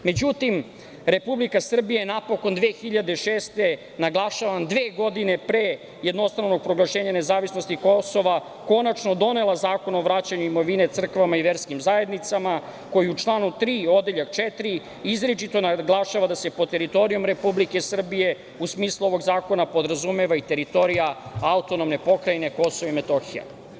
Međutim, Republika Srbija je napokon 2006. godine, naglašavam, dve godine pre jednostranog proglašenja nezavisnosti Kosova konačno donela Zakon o vraćanju imovine crkvama i verskim zajednicama koji u članu 3. odeljak 4. izričito naglašava da se pod teritorijom Republike Srbije u smislu ovog zakona podrazumeva i teritorija AP Kosovo i Metohija.